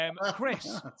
Chris